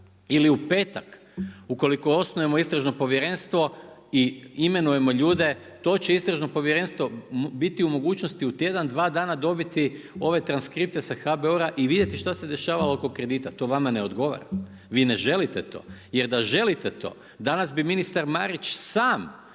ili u petak ukoliko osnujemo istražno povjerenstvo i imenujemo ljude, to će istražno povjerenstvo biti u mogućnosti u tjedan, dva dana dobiti ove transkripte sa HBOR-a i vidjeti šta se dešava oko kredita. To vama ne odgovara, vi ne želite to, jer da želite to danas bi ministar Marić sam